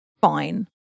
fine